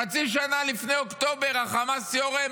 חצי שנה לפני אוקטובר: החמאס יורה,